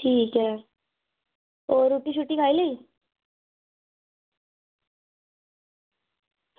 ठीक ऐ होर रुट्टी खाई लेई